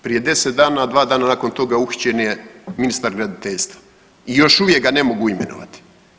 Prije 10 dana, dva dana nakon toga uhićen je ministar graditeljstva i još uvijek ga ne mogu imenovati.